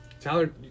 Tyler